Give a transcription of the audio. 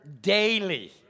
daily